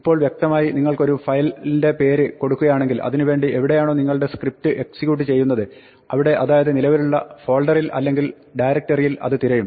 ഇപ്പോൾ വ്യക്തമായി നിങ്ങൾ ഒരു ഫയലിന്റെ പേര് കൊടുക്കുകയാണെങ്കിൽ അതിന് വേണ്ടി എവിടെയാണോ നിങ്ങളുടെ സ്ക്രിപ്റ്റ് എക്സിക്യൂട്ട് ചെയ്യുന്നത് അവിടെ അതായത് നിലവിലുള്ള ഫോൾഡറിൽ അല്ലെങ്കിൽ ഡൈരക്ടരിയിൽ അത് തിരയും